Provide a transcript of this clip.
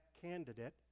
candidate